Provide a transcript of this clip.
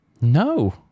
no